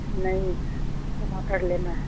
नहीं टमाटर लेना है